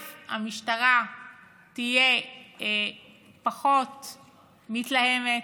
המשטרה תהיה פחות מתלהמת,